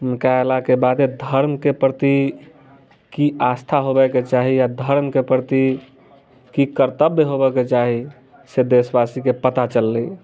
हुनका अयला के बादे धर्म के प्रति की आस्था होबए के चाही या धर्म के प्रति की कर्तव्य होबए के चाही से देशवासी के पता चललै